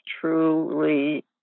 truly